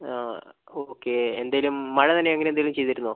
ആ ഓക്കേ എന്തെങ്കിലും മഴ നനയുക അങ്ങനെ എന്തെങ്കിലും ചെയ്തിരുന്നോ